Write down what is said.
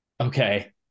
Okay